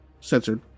Censored